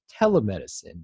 telemedicine